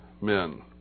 men